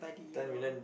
ten million